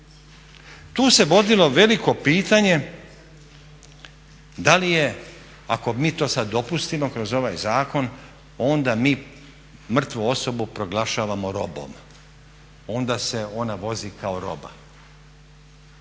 Tu se vodilo veliko pitanje da li je, ako mi to sad dopustimo kroz ovaj zakon, onda mi mrtvu osobu proglašavamo robom, onda se ona vozi kao roba,